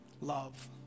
love